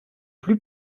plus